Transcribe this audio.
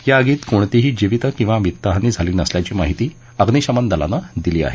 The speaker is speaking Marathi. या आगीत कोणतीही जीवित किंवा वित्त हानी झाली नसल्याची माहिती अग्निशमन दलानं दिली आहे